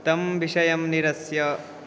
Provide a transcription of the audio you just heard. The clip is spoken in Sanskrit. तं विषयं निरस्य